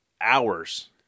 hours